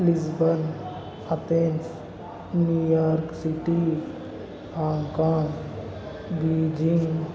Lisbon Athens New York city Hong Kong Beijing